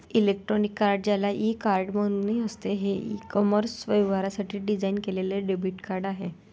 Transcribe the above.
electronic card, ज्याला e card म्हणूनही असते, हे ई कॉमर्स व्यवहारांसाठी डिझाइन केलेले डेबिट कार्ड आहे